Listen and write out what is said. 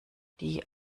die